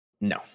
No